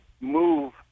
move